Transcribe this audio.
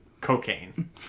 Cocaine